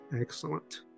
Excellent